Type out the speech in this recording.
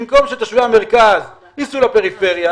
במקום שתושבי הפריפריה ייסעו למרכז,